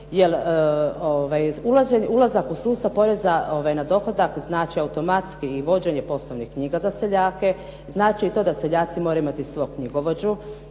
ulazak u sustav poreza na dohodak znači automatski i vođenje poslovnih knjiga za seljake, znači i to da seljaci moraju imati svog knjigovođu.